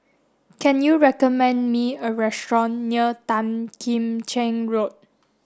can you recommend me a restaurant near Tan Kim Cheng Road